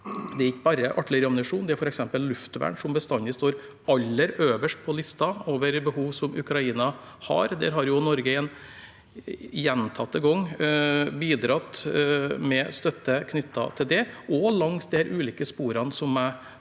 Det er ikke bare artilleriammunisjon, det er f.eks. luftvern, som bestandig står aller øverst på listen over behov som Ukraina har. Norge har gjentatte ganger bidratt med støtte knyttet til det, også langs de ulike sporene som jeg